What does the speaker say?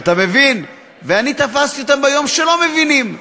אתה מבין, ואני תפסתי אותם ביום שלא מבינים.